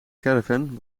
caravan